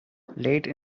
late